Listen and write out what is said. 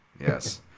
Yes